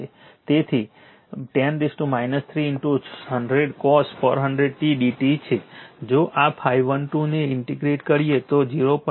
તેથી 10 3 100 cos 400 t dt છે જો આ ∅12 ને ઇંટીગ્રેટ કરીએ તો 0